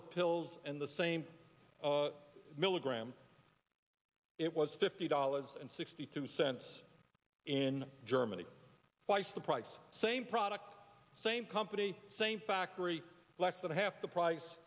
of pills and the same milligram it was fifty dollars and sixty two cents in germany fights the price same product same company same factory less than half the price